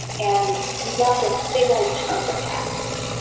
and you've got this big old chunk of text.